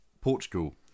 Portugal